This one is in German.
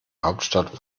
hauptstadt